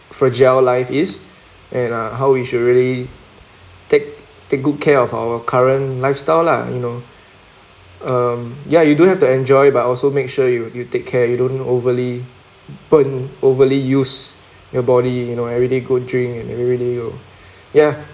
fragile life is and uh how we should really take take good care of our current lifestyle lah you know um ya you do have to enjoy but also make sure you you take care you don't overly burn overly use your body you know everyday go drink and everyday you ya